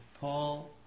Paul